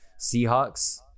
Seahawks